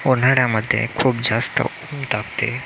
उन्हाळ्यामध्ये खूप जास्त ऊन तापते